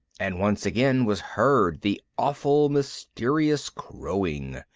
and once again was heard the awful mysterious crowing.